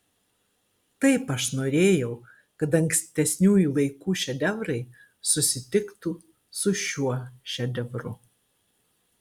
taip aš norėjau kad ankstesniųjų laikų šedevrai susitiktų su šiuo šedevru